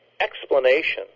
explanation